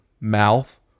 mouth